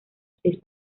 seis